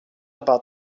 about